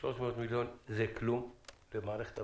אבל 300 מיליון זה כלום במערכת הבריאות.